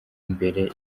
imbere